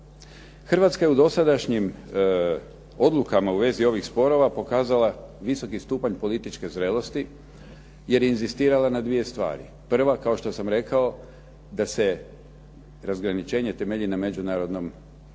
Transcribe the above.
Hrvatska je u dosadašnjim odlukama u vezi ovih sporova pokazala visoki stupanj političke zrelosti, jer je inzistirala na dvije stvari. Prva kao što sam rekao da se razgraničenje temelji na međunarodnom pravu